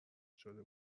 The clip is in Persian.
شده